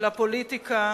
לפוליטיקה